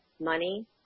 money